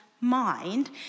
mind